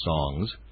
songs